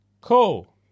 cool